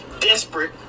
desperate